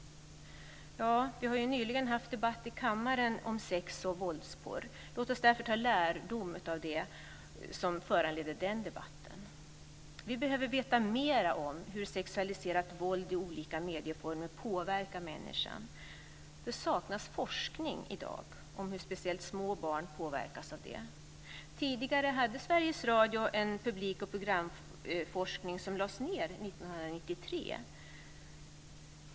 Vi har ju nyligen haft en debatt i kammaren om sex och våldsporr. Låt oss därför ta lärdom av det som föranledde den debatten. Vi behöver veta mer om hur sexualiserat våld i olika medieformer påverkar människan. Det saknas forskning i dag om hur speciellt små barn påverkas av det. Tidigare hade Sveriges Radio en publik och programforskning som lades ned 1993.